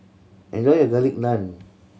enjoy your Garlic Naan